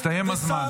הסתיים הזמן.